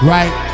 Right